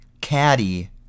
caddy